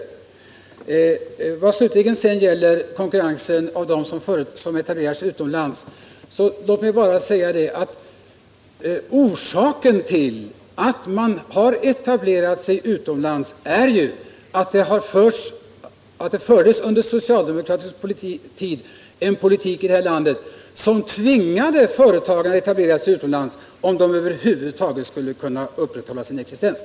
Låt mig slutligen, vad det gäller konkurrensen från dem som har etablerat sig utomlands, bara säga att orsaken till att de har gjort det är att det under socialdemokratisk tid fördes en politik i det här landet som tvingade företagarna att etablera sig utomlands, för att företaget över huvud taget skulle kunna existera.